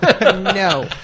No